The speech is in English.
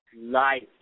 Life